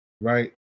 right